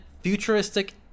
futuristic